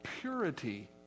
purity